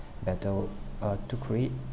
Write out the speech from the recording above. better uh to create